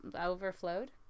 Overflowed